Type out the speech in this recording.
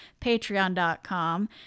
patreon.com